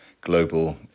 Global